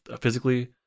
physically